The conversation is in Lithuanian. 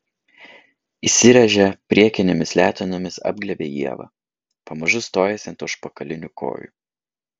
įsiręžia priekinėmis letenomis apglėbia ievą pamažu stojasi ant užpakalinių kojų